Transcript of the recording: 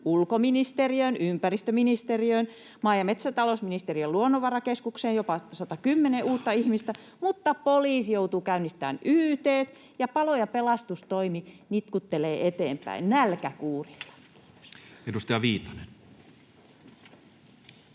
ulkoministeriöön, ympäristöministeriöön, maa- ja metsätalousministeriöön ja Luonnonvarakeskukseen tulee jopa 110 uutta ihmistä mutta poliisi joutuu käynnistämään yt:t ja palo- ja pelastustoimi nitkuttelee eteenpäin nälkäkuurilla? [Speech